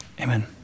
Amen